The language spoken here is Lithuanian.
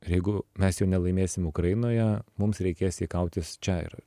ir jeigu mes jo nelaimėsim ukrainoje mums reikės jį kautis čia ir